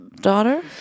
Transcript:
daughter